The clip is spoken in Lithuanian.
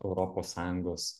europos sąjungos